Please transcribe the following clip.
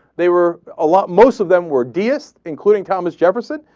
they were a lot most of them were deists, including thomas jefferson.